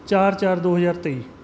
ਚਾਰ ਚਾਰ ਦੋ ਹਜ਼ਾਰ ਤੇਈ